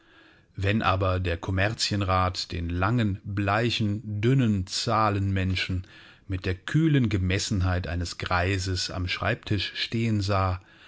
wenn aber der kommerzienrat den langen bleichen dünnen zahlenmenschen mit der kühlen gemessenheit eines greises am schreibtisch stehen sah